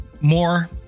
more